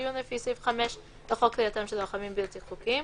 דיון לפי סעיף 5 לחוק כליאתם של לוחמים בלתי חוקיים,